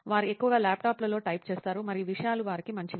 వారు ఎక్కువగా ల్యాప్టాప్లలో టైప్ చేస్తారు మరియు విషయాలు వారికి మంచివి